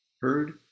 Heard